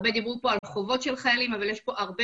הרבה דיברו פה על חובות של חיילים אבל יש פה הרבה